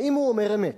האם הוא אומר אמת?